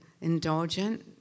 indulgent